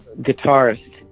guitarist